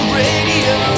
radio